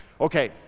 Okay